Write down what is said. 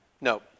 No